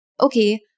okay